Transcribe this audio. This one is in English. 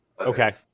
Okay